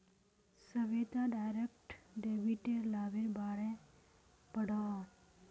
Shweta direct डेबिटेर लाभेर बारे पढ़ोहो